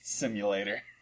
simulator